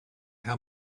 how